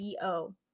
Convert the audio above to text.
bo